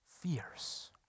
fierce